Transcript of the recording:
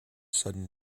sudden